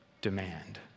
Demand